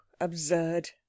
absurd